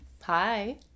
Hi